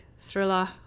thriller